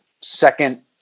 second